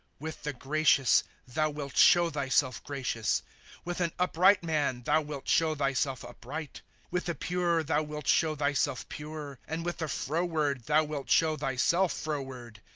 with the gracious thou wilt show thyself gracious with an upright man thou wilt show thyself upright with the pure thou wilt show thyself pure and with the froward thou wilt show thyself froward.